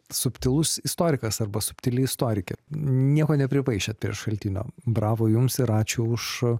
subtilus istorikas arba subtili istorikė nieko nepripaišėt prie šaltinio bravo jums ir ačiū už